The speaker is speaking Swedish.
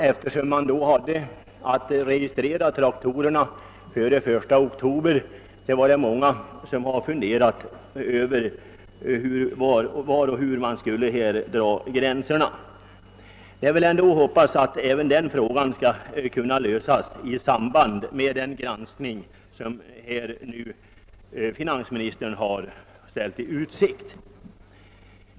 Eftersom man hade att registrera traktorerna före den 1 oktober är det många som funderat över var och hur gränserna skulle dras. Jag hoppas att även denna fråga skall kunna lösas i samband med den granskning som finansministern ställt i utsikt.